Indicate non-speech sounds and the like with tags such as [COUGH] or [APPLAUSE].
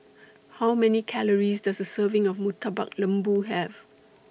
[NOISE] How Many Calories Does A Serving of Murtabak Lembu Have